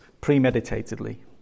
premeditatedly